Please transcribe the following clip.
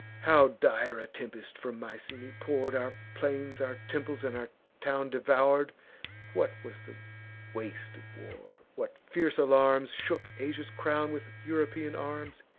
how dire a tempest, from mycenae pour'd, our plains, our temples, and our town devour'd what was the waste of war, what fierce alarms shook asia's crown with european arms